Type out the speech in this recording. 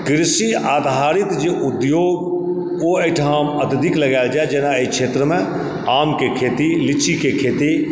कृषि आधारित जे उद्योग ओ एहिठाम अत्यधिक लगाएल जाए जेना एहि क्षेत्रमे आमके खेती लीचीके खेती